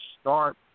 start